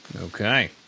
Okay